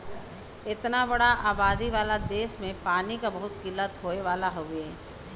इतना बड़ा आबादी वाला देस में पानी क बहुत किल्लत होए वाला हउवे